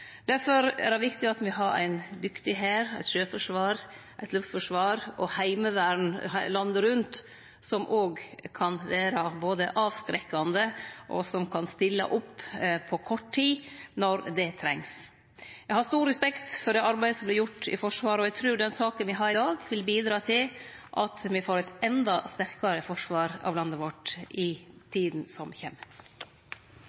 er det viktig at me har ein dyktig hær, eit sjøforsvar, eit luftforsvar og heimevern landet rundt, som kan vere både avskrekkande, og som kan stille opp på kort tid når det trengst. Eg har stor respekt for det arbeidet som vert gjort i Forsvaret, og eg trur den saka me har i dag, vil bidra til at me får eit enda sterkare forsvar av landet vårt i